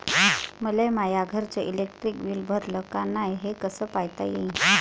मले माया घरचं इलेक्ट्रिक बिल भरलं का नाय, हे कस पायता येईन?